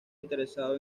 interesado